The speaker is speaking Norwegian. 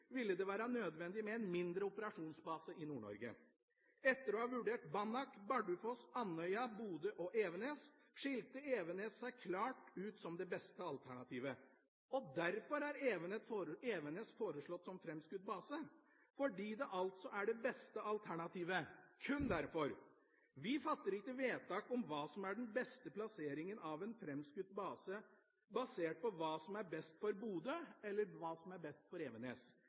ville det være nødvendig med en mindre operasjonsbase i Nord-Norge. Etter å ha vurdert Banak, Bardufoss, Andøya, Bodø og Evenes skilte Evenes seg klart ut som det beste alternativet, og derfor er Evenes foreslått som framskutt base, fordi det er det beste alternativet – kun derfor. Vi fatter ikke vedtak om hva som er den beste plasseringen av en framskutt base basert på hva som er best for Bodø, eller hva som er best for Evenes.